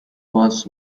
was